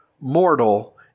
mortal